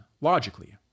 logically